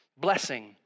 blessing